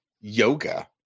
yoga